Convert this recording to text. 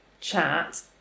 chat